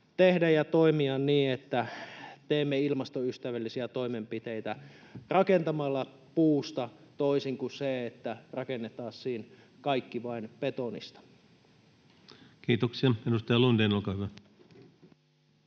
teemme ilmastoystävällisiä toimenpiteitä rakentamalla puusta, toisin kuin silloin, jos rakennettaisiin kaikki vain betonista. Kiitoksia. — Edustaja Lundén, olkaa hyvä.